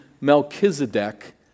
Melchizedek